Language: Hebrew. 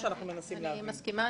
אני מסכימה.